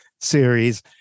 series